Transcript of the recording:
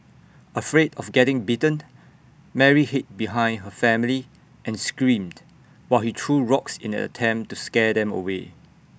afraid of getting bitten Mary hid behind her family and screamed while he threw rocks in an attempt to scare them away